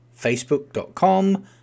Facebook.com